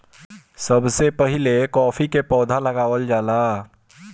सबसे पहिले काफी के पौधा लगावल जाला